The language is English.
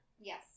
yes